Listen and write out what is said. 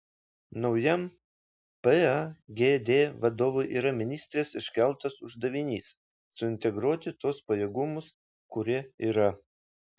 naujam pagd vadovui yra ministrės iškeltas uždavinys suintegruoti tuos pajėgumus kurie yra